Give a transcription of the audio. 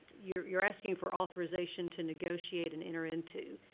you're you're asking for authorization to negotiate and enter into.